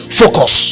focus